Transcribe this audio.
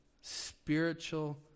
spiritual